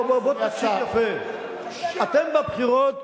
בוא תקשיב יפה: אתם בבחירות